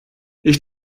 ich